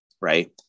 Right